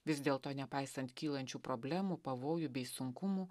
vis dėlto nepaisant kylančių problemų pavojų bei sunkumų